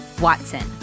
Watson